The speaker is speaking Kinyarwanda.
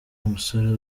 umusore